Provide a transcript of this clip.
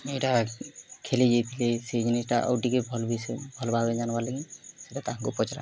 ଇଟା ଖେଲି ଯାଇଥିଲେ ସେ ଜିନିଷ୍ଟା ଆଉ ଟିକେ ଭଲ୍ ବି ସେ ଭଲ୍ ଭାବ୍ରେ ଯାନ୍ବାର୍ ଲାଗି ସେଟା ତାଙ୍କୁ ପଚ୍ରାମି